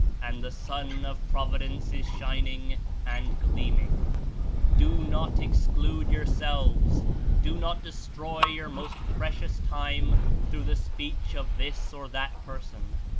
and the sun of providence is shining and gleaming do not exclude yourselves do not destroy your most precious time through the speech of this or that person.